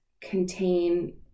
contain